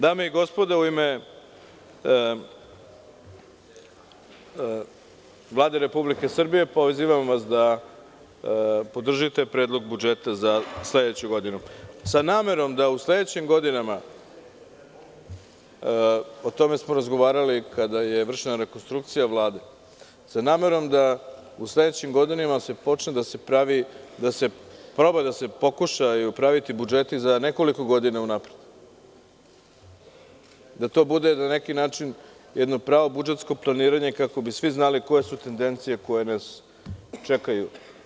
Dame i gospodo, u ime Vlade Republike Srbije pozivam vas da podržite Predlog budžeta za sledeću godinu sa namerom da se u sledećim godinama, o tome smo razgovarali kada je vršena rekonstrukcija Vlade, pokušaju praviti budžeti za nekoliko godina unapred, da to bude na neki način jedno pravo budžetsko planiranje kako bi svi znali koje su tendencije koje nas čekaju.